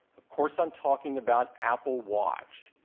of course i'm talking about apple watch.